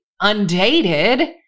undated